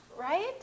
Right